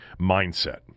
mindset